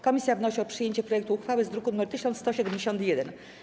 Komisja wnosi o przyjęcie projektu uchwały z druku nr 1171.